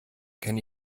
kenne